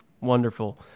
wonderful